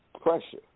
Pressure